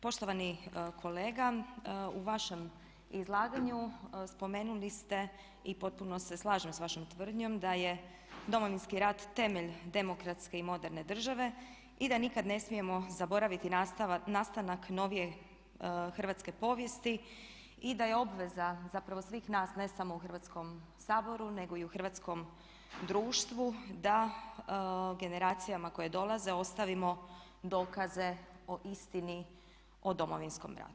Poštovani kolega u vašem izlaganju spomenuli ste i potpuno se slažem s vašom tvrdnjom da je Domovinski rat temelj demokratske i moderne države i da nikad ne smijemo zaboraviti nastanak novije hrvatske povijesti i da je obveza zapravo svih nas ne samo u Hrvatskom saboru nego i u hrvatskom društvu da generacijama koje dolaze ostavimo dokaze o istini o Domovinskom ratu.